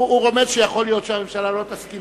הוא רומז שיכול להיות שהממשלה לא תסכים